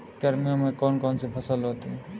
गर्मियों में कौन कौन सी फसल होती है?